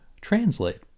translate